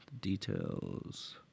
Details